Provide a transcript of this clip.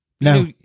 no